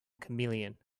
chameleon